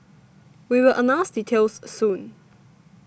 we will announce details soon